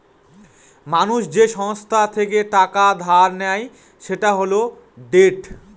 মানুষ যে সংস্থা থেকে টাকা ধার নেয় সেটা হল ডেট